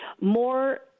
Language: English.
More